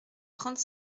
trente